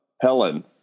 Helen